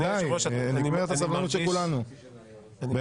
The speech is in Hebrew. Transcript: נגמרת הסבלנות של כולנו באמת.